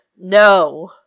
No